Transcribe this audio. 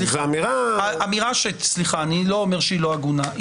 סליחה, אני לא אומר שהיא לא הגונה.